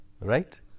Right